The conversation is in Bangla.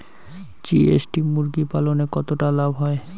জি.এস.টি মুরগি পালনে কতটা লাভ হয়?